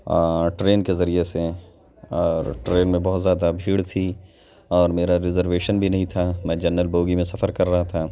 اور ٹرین کے ذریعے سے اور ٹرین میں بہت زیادہ بھیڑ تھی اور میرا ریزرویشن بھی نہیں تھا میں جنرل بوگی میں سفر کر رہا تھا